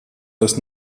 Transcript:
dass